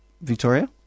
Victoria